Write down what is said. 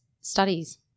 studies